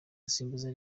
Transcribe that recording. gusimbuza